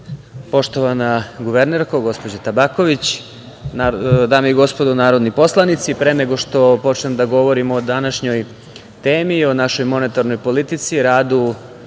skupštine. Poštovana guvernerko, gospođo Tabaković, dame i gospodo narodni poslanici, pre nego što počnem da govorim o današnjoj temi, o našoj monetarnoj politici, radu